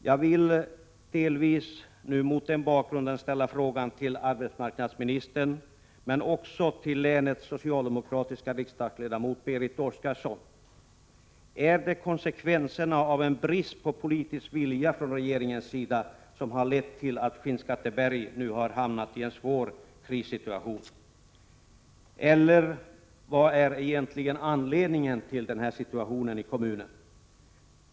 Jag vill, delvis mot den här bakgrunden, ställa följande frågor till arbetsmarknadsministern men också till Berit Oscarsson som är socialdemokratisk riksdagsledamot från Västmanlands län: Är det bristen på politisk vilja från regeringens sida som harilett till att Skinnskatteberg nu har hamnat i en svår krissituation? Eller vad är i själva verket anledningen till denna situation i kommunen?